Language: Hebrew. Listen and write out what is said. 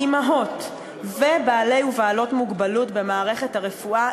אימהות ובעלי ובעלות מוגבלות במערכת הרפואה,